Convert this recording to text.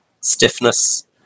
stiffness